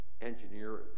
engineer